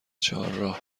چهارراه